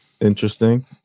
interesting